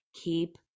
keep